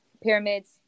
pyramids